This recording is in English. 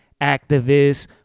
activists